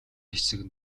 хэсэг